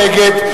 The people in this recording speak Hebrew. מי נגד?